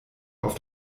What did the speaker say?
auf